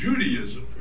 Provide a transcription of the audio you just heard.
Judaism